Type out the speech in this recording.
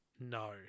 no